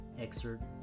excerpt